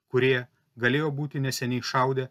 kurie galėjo būti neseniai šaudę